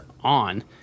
on